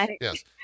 yes